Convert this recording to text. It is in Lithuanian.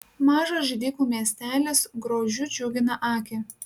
mažas židikų miestelis grožiu džiugina akį